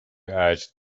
urged